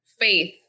Faith